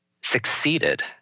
succeeded